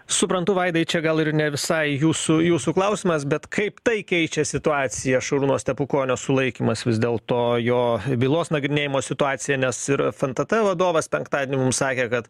suprantu vaidai čia gal ir ne visai jūsų jūsų klausimas bet kaip tai keičia situaciją šarūno stepukonio sulaikymas vis dėl to jo bylos nagrinėjimo situacija nes ir fntt vadovas penktadienį mum sakė kad